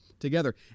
Together